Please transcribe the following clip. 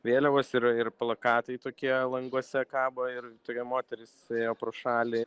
vėliavos yra ir plakatai tokie languose kabo ir tokia moteris ėjo pro šalį